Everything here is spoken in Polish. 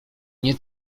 nie